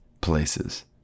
places